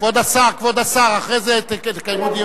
כבוד השר, כבוד השר, אחרי זה תקיימו דיון.